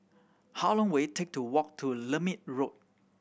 how long will it take to walk to Lermit Road